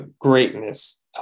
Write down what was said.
greatness